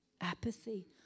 Apathy